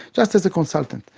just as a consultant.